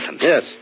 Yes